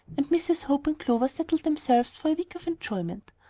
and mrs. hope and clover settled themselves for a week of enjoyment.